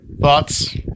Thoughts